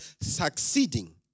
succeeding